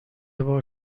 بار